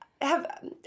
have-